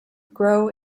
grow